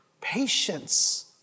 Patience